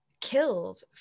killed